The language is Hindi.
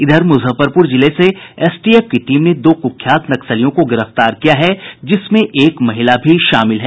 इधर मुजफ्फरपुर जिले से एसटीएफ की टीम ने दो कुख्यात नक्सलियों को गिरफ्तार किया है जिसमें एक महिला भी शामिल है